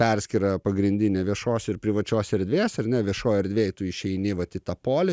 perskyra pagrindinė viešos ir privačios erdvės ar ne viešoj erdvėj tu išeini vat į tą polį